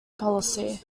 policy